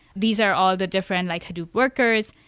these are all the different like hadoop workers.